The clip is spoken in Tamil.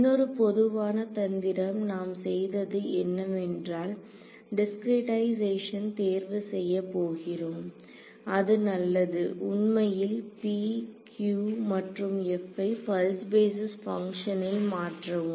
இன்னொரு பொதுவான தந்திரம் நாம் செய்தது என்னவென்றால் டிஸ்கிரிடைசேஷன் தேர்வு செய்யப் போகிறோம் அது நல்லது உண்மையில் pq மற்றும் f ஐ பல்ஸ் பேஸிஸ் பங்க்ஷனில் மாற்றவும்